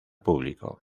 público